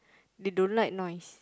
they don't like noise